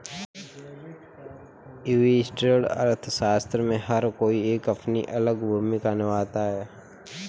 व्यष्टि अर्थशास्त्र में हर कोई एक अपनी अलग भूमिका निभाता है